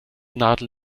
nadel